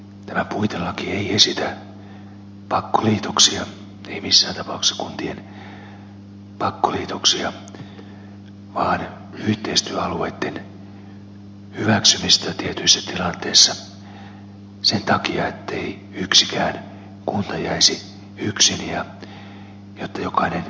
tämä puitelaki ei esitä pakkoliitoksia ei missään tapauksessa kuntien pakkoliitoksia vaan yhteistyöalueitten hyväksymistä tietyissä tilanteissa sen takia ettei yksikään kunta jäisi yksin ja jotta jokainen kunta saisi tarvittavat hyvinvointipalvelut sitten myös järjestettyä